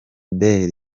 bell